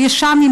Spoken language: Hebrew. שאמי,